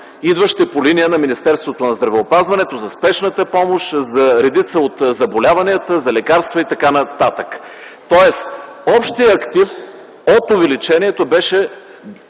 идващи по линия на Министерството на здравеопазването, за спешната помощ, за редица от заболяванията, за лекарства и т.н. Тоест, общият актив от увеличението беше